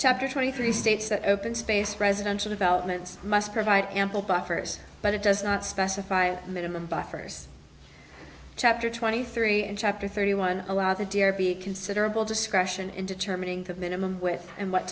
chapter twenty three states that open space residential development must provide ample buffers but it does not specify minimum buffers chapter twenty three and chapter thirty one allow the d r p considerable discretion in determining the minimum wage and what